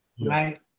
right